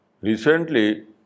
Recently